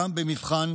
גם במבחן